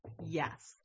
yes